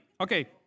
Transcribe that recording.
Okay